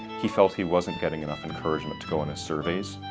he felt he wasn't getting enough encouragement to go on surveys.